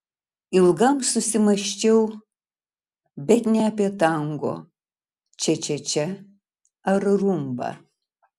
ilgam susimąsčiau bet ne apie tango čia čia čia ar rumbą